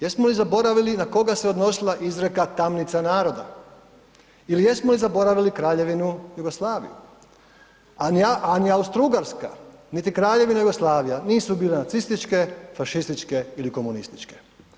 Jesmo li zaboravili na koga se odnosila izreka tamnica naroda ili jesmo li zaboravili Kraljevinu Jugoslaviju, a ni Austro-Ugarska niti Kraljevina Jugoslavija nisu bile nacističke, fašističke ili komunističke.